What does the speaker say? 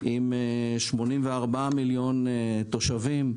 שלה יש כ-84 מיליון תושבים,